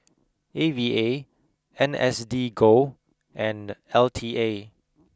A V A N S D go and L T A